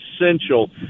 essential